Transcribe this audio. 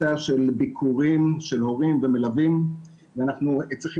של ביקורים של הורים ומלווים ואנחנו צריכים